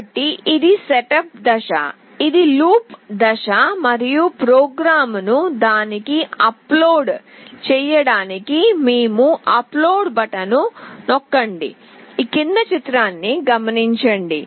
కాబట్టి ఇది సెటప్ దశ ఇది లూప్ దశ మరియు ప్రోగ్రామ్ను దానికి అప్లోడ్ చేయడానికి మేము అప్లోడ్ బటన్ను నొక్కండి